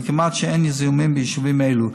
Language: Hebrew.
וכמעט אין זיהומים ביישובים אלו.